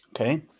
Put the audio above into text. Okay